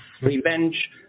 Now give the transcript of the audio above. revenge